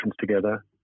together